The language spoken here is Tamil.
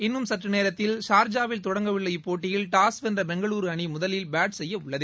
இன்னும் சற்று நேரத்தில் சார்ஜாவில் தொடங்க உள்ள இப்போட்டியில் டாஸ் வென்ற பெங்களூரு அணி முதலில் பேட் செய்ய உள்ளது